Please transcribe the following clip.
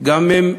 גם הם מתלבטים,